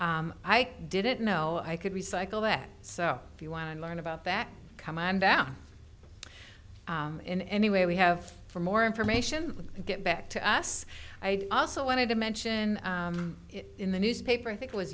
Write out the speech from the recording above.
i didn't know i could recycle that so if you want to learn about that come on down in any way we have for more information and get back to us i also wanted to mention in the newspaper i think it was